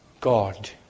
God